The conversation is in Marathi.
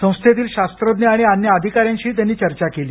संस्थेतील शास्त्रद्न्य आणि अन्य अधिकाऱ्यांशीही त्यांनी चर्चा केली